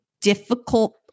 difficult